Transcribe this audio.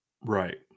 right